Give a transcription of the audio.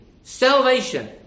salvation